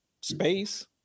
space